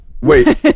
wait